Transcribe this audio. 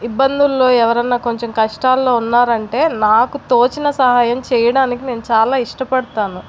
ఇబ్బందుల్లో ఎవరైనా కొంచెం కష్టాల్లో ఉన్నరాంటే నాకు తోచిన సహాయం చేయడానికి నేను చాలా ఇష్టపడతాను